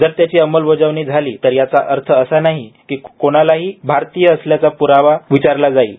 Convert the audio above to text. जर त्याची अंमलबजावणी झाली तर याचा अर्थ असा नाही की कोणालाही आरतीय असल्याचा प्रावा विचारला जाईल